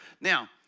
now